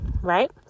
Right